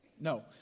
No